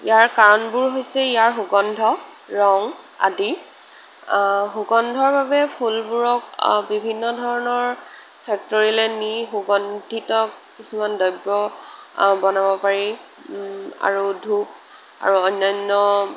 ইয়াৰ কাৰণবোৰ হৈছে ইয়াৰ সুগন্ধ ৰং আদি সুগন্ধৰ বাবে ফুলবোৰক বিভিন্ন ধৰণৰ ফেক্টৰীলৈ নি সুগন্ধিত কিছুমান দ্ৰব্য বনাব পাৰি আৰু ধূপ আৰু অন্যান্য